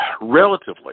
relatively